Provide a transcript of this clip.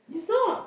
he's not